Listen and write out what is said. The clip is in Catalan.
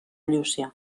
llúcia